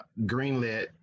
greenlit